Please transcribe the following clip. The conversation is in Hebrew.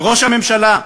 וראש הממשלה,